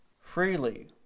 freely